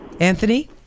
Anthony